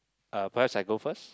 uh perhaps I go first